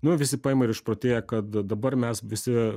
nu visi paima ir išprotėja kad dabar mes visi